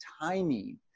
timing